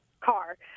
car